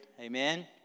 Amen